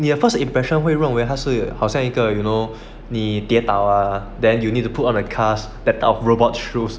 你的 first impression 会认为他是好像一个 you know 你跌倒 ah then you need to put on a cast that our robot shoes